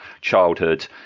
childhood